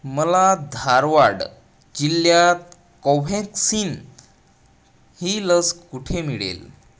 मला धारवाड जिल्ह्यात कोव्हॅक्सिन ही लस कुठे मिळेल